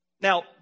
Now